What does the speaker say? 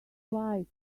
like